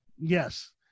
Yes